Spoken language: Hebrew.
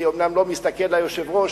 אני אומנם לא מסתכל על היושב-ראש,